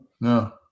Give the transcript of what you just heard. No